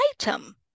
item